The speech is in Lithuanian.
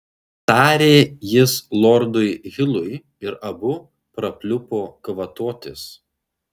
tarė jis lordui hilui ir abu prapliupo kvatotis